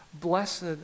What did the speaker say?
Blessed